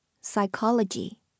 psychology